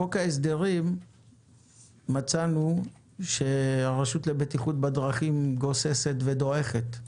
בחוק ההסדרים מצאנו שהרשות לבטיחות בדרכים גוססת ודועכת.